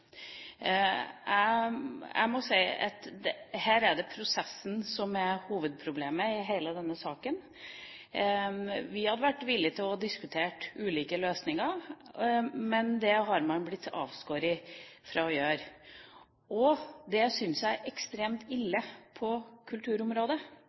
Jeg må si at det er prosessen som er hovedproblemet i hele denne saken. Vi har vært villige til å diskutere ulike løsninger, men det har man blitt avskåret fra å gjøre. Det synes jeg er ekstremt